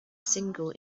single